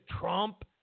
Trump